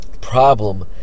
problem